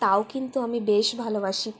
তাও কিন্তু আমি বেশ ভালোবাসি